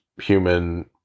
human